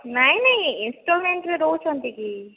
ନାଇଁ ନାଇଁ ଇଂସ୍ଟଲମେଣ୍ଟ ରେ ଦେଉଛନ୍ତି କି